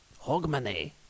Hogmanay